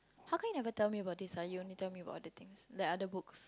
how come you never tell me about this ah you only tell me about other things like other books